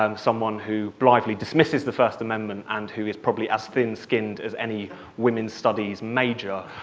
um someone who blithely dismisses the first amendment and who is probably as thin-skinned as any women's studies major